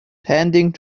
tending